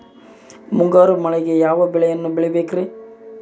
ಮುಂಗಾರು ಮಳೆಗೆ ಯಾವ ಬೆಳೆಯನ್ನು ಬೆಳಿಬೇಕ್ರಿ?